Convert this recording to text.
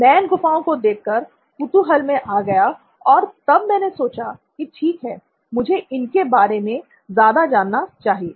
मै इन गुफाओं को देखकर कुतूहल में आ गया और तब मैंने सोचा कि ठीक है मुझे इनके के बारे में ज्यादा जाना चाहिए